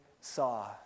saw